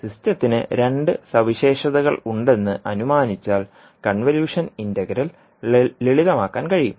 സിസ്റ്റത്തിന് രണ്ട് സവിശേഷതകളുണ്ടെന്ന് അനുമാനിച്ചാൽ കൺവല്യൂഷൻ ഇന്റഗ്രൽ ലളിതമാക്കാൻ കഴിയും